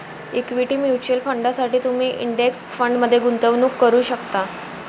equity mutual फंडांसाठी तुम्ही index फंडमध्ये गुंतवणूक करू शकता